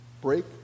Break